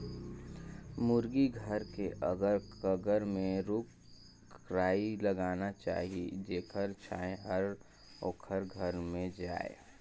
मुरगी घर के अगर कगर में रूख राई लगाना चाही जेखर छांए हर ओखर घर में आय